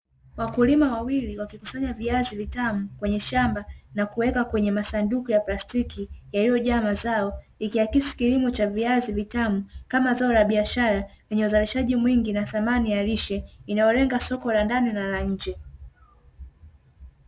Wakulima wawili wakikusanya viazi vitamu kwenye shamba, na kuweka kwenye masanduku ya plastiki, yaliyojaa mazao ikiakisi kilimo cha kilimo cha viazi vitamu, kama zao la biashara kwenye uzalishaji mwingi na thamani ya lishe, inayolenga soko la ndani na la nje.